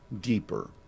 deeper